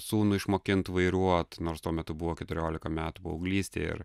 sūnų išmokint vairuot nors tuo metu buvo keturiolika metų paauglystė ir